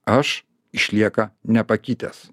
aš išlieka nepakitęs